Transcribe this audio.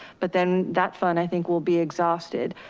but then that fund i think we'll be exhausted.